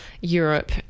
Europe